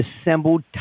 assembled